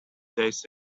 days